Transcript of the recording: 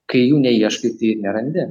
kai jų neieškai tai ir nerandi